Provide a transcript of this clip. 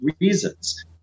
reasons